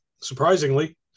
Surprisingly